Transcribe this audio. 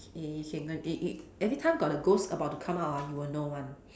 K you can go it it every time got the ghosts about to come out ah you will know [one]